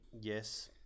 yes